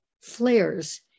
flares